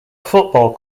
football